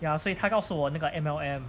ya 所以他告诉我那个 M_L_M